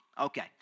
Okay